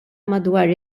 madwar